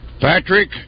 Patrick